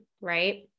right